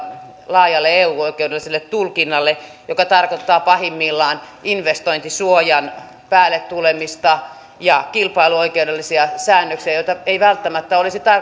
laajalle eu oikeudelliselle tulkinnalle joka tarkoittaa pahimmillaan investointisuojan päälle tulemista ja kilpailuoikeudellisia säännöksiä joita ei välttämättä olisi